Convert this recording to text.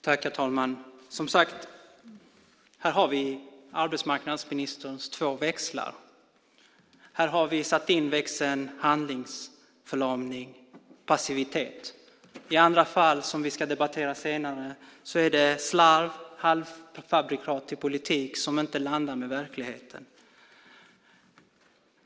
Herr talman! Här har vi, som sagt, arbetsmarknadsministerns två växlar. Här har vi satt in växeln handlingsförlamning, passivitet. I andra fall, som vi ska debattera senare, är det slarv och halvfabrikat till politik som inte stämmer med verkligheten.